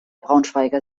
braunschweiger